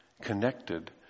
connected